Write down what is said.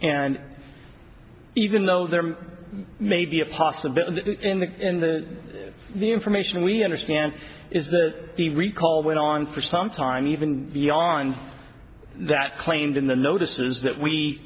and even though there may be a possibility in the in the the information we understand is that the recall went on for some time even beyond that claimed in the lotuses that we